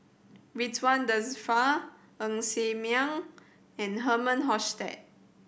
Ridzwan Dzafir Ng Ser Miang and Herman Hochstadt